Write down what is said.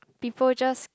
people just